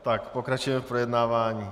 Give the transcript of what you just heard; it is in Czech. Tak pokračujeme v projednávání.